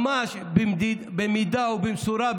ממש במידה ובמשורה,